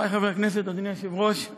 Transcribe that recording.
חברי חברי הכנסת, אדוני היושב-ראש,